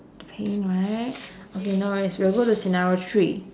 pain right okay no worries we'll go to scenario three